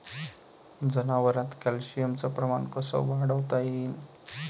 जनावरात कॅल्शियमचं प्रमान कस वाढवता येईन?